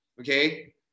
Okay